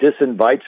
disinvites